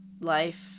life